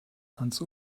ans